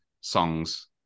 songs